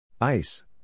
Ice